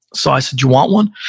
so i said, you want one?